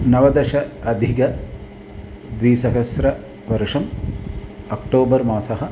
नवदशाधिकद्विसहस्रवर्षम् October मासः